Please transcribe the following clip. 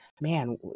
man